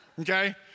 Okay